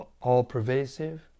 all-pervasive